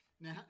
Now